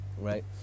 right